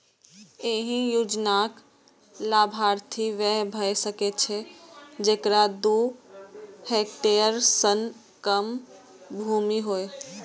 एहि योजनाक लाभार्थी वैह भए सकै छै, जेकरा दू हेक्टेयर सं कम भूमि होय